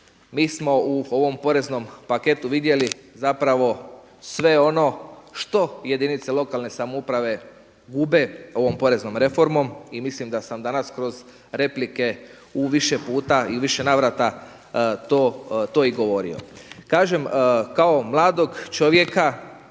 Mi smo u ovom poreznom paketu vidjeli zapravo sve ono što jedinice lokalne samouprave gube ovom poreznom reformom i mislim da sam danas kroz replike u više puta i u više navrata to i govorio. Kažem, kao mladog čovjeka,